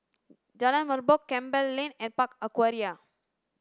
Jalan Merbok Campbell Lane and Park Aquaria